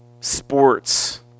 sports